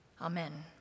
Amen